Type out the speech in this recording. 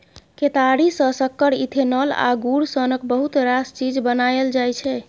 केतारी सँ सक्कर, इथेनॉल आ गुड़ सनक बहुत रास चीज बनाएल जाइ छै